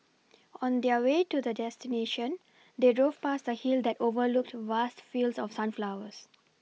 on their way to their destination they drove past a hill that overlooked vast fields of sunflowers